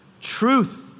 truth